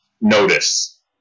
notice